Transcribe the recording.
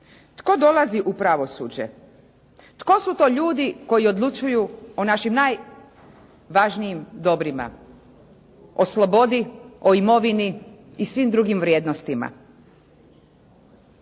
Tko dolazi u pravosuđe? Tko su to ljudi koji odlučuju o našim najvažnijim dobrima? O slobodi o imovini i svim drugim vrijednostima.